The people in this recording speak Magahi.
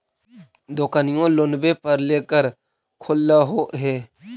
दोकनिओ लोनवे पर लेकर खोललहो हे?